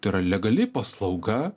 tai yra legali paslauga